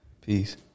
Peace